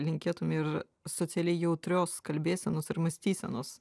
linkėtum ir socialiai jautrios kalbėsenos ir mąstysenos